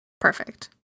Perfect